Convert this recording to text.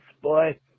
boy